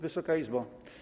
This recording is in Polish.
Wysoka Izbo!